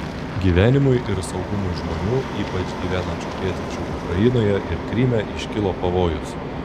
gyvenimui ir saugumui žmonių ypač gyvenančių pietryčių ukrainoje ir kryme iškilo pavojus